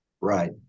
Right